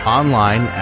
online